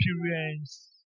experience